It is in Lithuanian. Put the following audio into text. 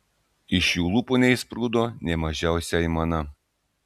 iš jų lūpų neišsprūdo nė mažiausia aimana